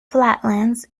flatlands